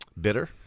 bitter